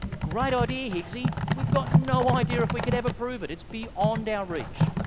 great idea, higgsy. we've got no idea if we could ever prove it. it's beyond our reach.